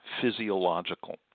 physiological